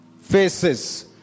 faces